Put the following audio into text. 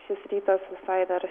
šis rytas visai dar